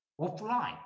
offline